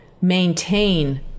maintain